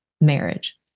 marriage